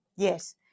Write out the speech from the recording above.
Yes